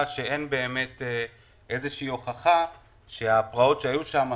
שאין באמת איזושהי הוכחה שהפרעות שהיו שם,